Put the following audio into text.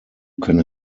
can